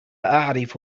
أعرف